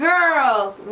Girls